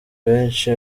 benshi